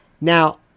Now